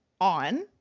on